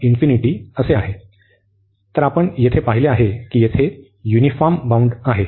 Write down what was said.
तर आपण येथे पाहिले आहे की येथे युनिफॉर्म बाउंड आहे